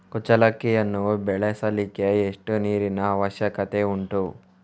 ಕುಚ್ಚಲಕ್ಕಿಯನ್ನು ಬೆಳೆಸಲಿಕ್ಕೆ ಎಷ್ಟು ನೀರಿನ ಅವಶ್ಯಕತೆ ಉಂಟು?